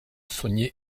saunier